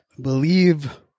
believe